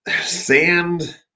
sand